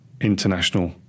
international